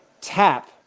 tap